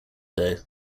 though